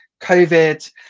COVID